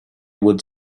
would